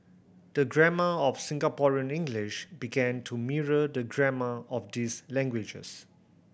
the grammar of Singaporean English began to mirror the grammar of these languages